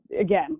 Again